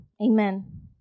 Amen